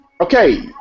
okay